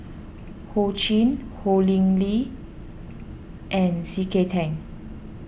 Ho Ching Ho Lee Ling and C K Tang